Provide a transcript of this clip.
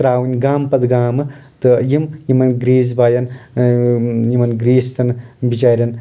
ترٛاوٕنۍ گامہٕ پتہٕ گامہٕ تہٕ یِم یِمن گریٖس باین یِمن گریٖستٮ۪ن بچارٮ۪ن